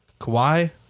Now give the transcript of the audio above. Kawhi